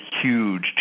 huge